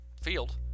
field